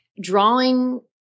drawing